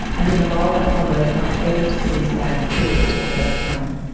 and in the lull that followed i was able to see stan clearly for the first time.